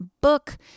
book